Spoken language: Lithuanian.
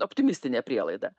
optimistinė prielaida